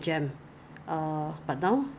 then 那时候 Justin 的学校 someone